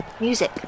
Music